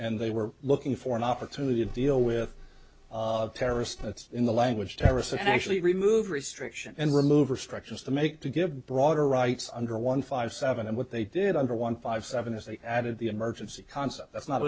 and they were looking for an opportunity to deal with terrorists that's in the language terrorists actually remove restriction and remove or structures to make to give broader rights under one five seven and what they did under one five seven is they added the emergency